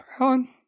Alan